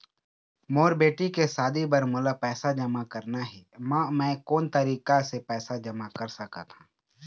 मोर बेटी के शादी बर मोला पैसा जमा करना हे, म मैं कोन तरीका से पैसा जमा कर सकत ह?